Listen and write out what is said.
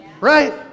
right